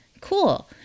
Cool